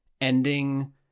ending